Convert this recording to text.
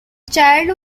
child